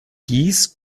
dies